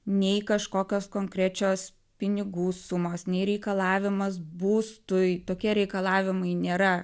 nei kažkokios konkrečios pinigų sumos nei reikalavimas būstui tokie reikalavimai nėra